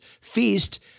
feast